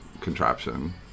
contraption